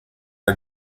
are